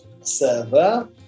server